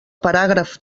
paràgraf